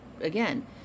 again